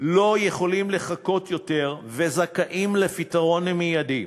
לא יכולים לחכות יותר וזכאים לפתרון מיידי.